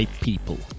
People